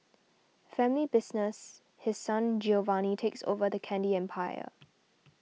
family business His Son Giovanni takes over the candy empire